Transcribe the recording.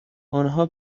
آنها